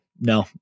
No